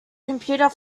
computer